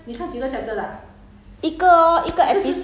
这个是 not drama but